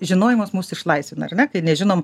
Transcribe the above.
žinojimas mus išlaisvina ar ne kai nežinom